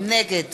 נגד